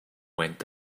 went